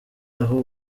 aho